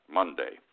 monday